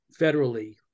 federally